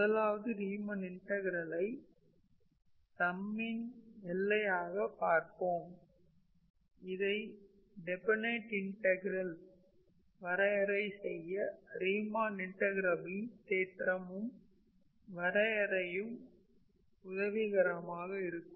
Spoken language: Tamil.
முதலாவதாக ரீமன் இன்டகரலை சம்மீன் எல்லையாக பார்ப்போம் இந்த டெஃபனைட் இன்டகரலை வரையறை செய்ய ரீமன் இன்டகரபிலின் தோற்றமும் வரையறையும் உதவிகரமாக இருக்கும்